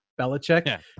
Belichick